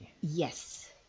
yes